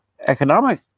economic